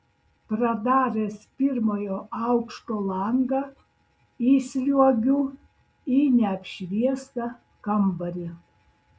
pradaręs pirmojo aukšto langą įsliuogiu į neapšviestą kambarį